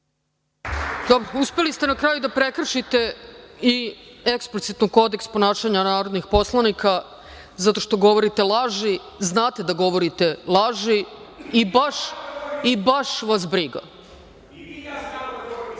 Uspeli ste na kraju i da prekršite eksplicitno kodeks ponašanja narodnih poslanika zato što govorite laži. Znate da govorite laži i baš vas briga.(Srđan